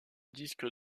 disque